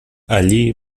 allí